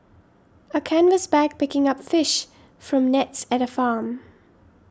a canvas bag picking up fish from nets at a farm